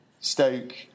Stoke